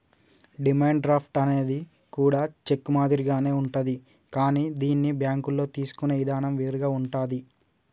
demand draft అనేది కూడా cheque మాదిరిగానే ఉంటాది కానీ దీన్ని బ్యేంకుల్లో తీసుకునే ఇదానం వేరుగా ఉంటాది